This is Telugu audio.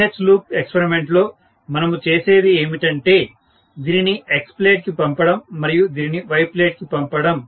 BH లూప్ ఎక్స్పరిమెంట్ లో మనము చేసేది ఏమిటంటే దీనిని X ప్లేట్ కి పంపడం మరియు దీనిని Y ప్లేట్ కి పంపడం